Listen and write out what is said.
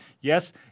yes